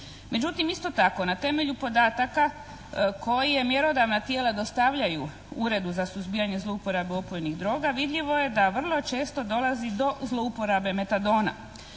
Međutim, isto tako na temelju podataka koje mjerodavna tijela dostavljaju Uredu za suzbijanje zlouporabe opojnih droga vidljivo je da vrlo često dolazi do zlouporabe metadona.